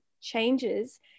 changes